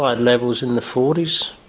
i had levels in the forties.